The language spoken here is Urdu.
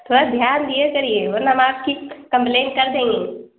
تھوڑا دھیان دیا کریے ورنہ ہم آپ کی کمپلین کر دیں گے